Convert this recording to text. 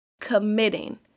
committing